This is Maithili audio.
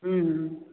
हूँ